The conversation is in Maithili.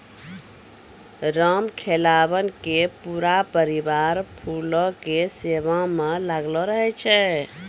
रामखेलावन के पूरा परिवार फूलो के सेवा म लागलो रहै छै